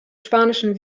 spanischen